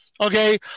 Okay